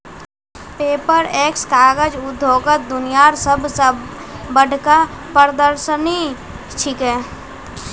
Paperex कागज उद्योगत दुनियार सब स बढ़का प्रदर्शनी छिके